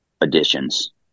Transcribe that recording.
additions